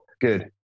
Good